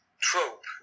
trope